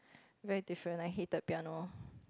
very different I hated piano